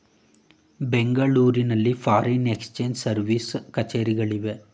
ಬೆಂಗಳೂರಿನಲ್ಲಿ foreign exchange service ಕಛೇರಿಗಳು ಇವೆ